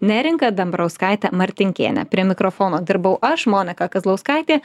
neringa dambrauskaite martinkėne prie mikrofono dirbau aš monika kazlauskaitė